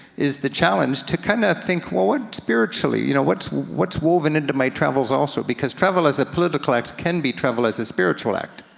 is the challenge to kinda think, well what spiritually, you know what's what's woven into my travels also, because travel as a political act can be travel as a spiritual act.